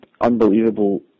unbelievable